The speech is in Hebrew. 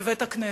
בבית-הכנסת,